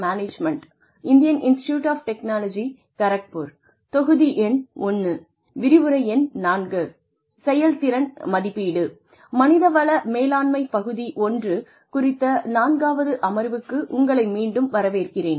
மனிதவள மேலாண்மை பகுதி ஒன்று குறித்த நான்காவது அமர்வுக்கு உங்களை மீண்டும் வரவேற்கிறேன்